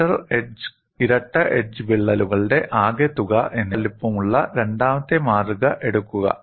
centre edge ഇരട്ട edge വിള്ളലുകളുടെ ആകെത്തുക എന്നിവ തുല്യ വലുപ്പമുള്ള രണ്ടാമത്തെ മാതൃക എടുക്കുക